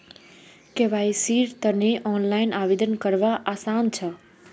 केवाईसीर तने ऑनलाइन आवेदन करना आसान छ